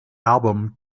album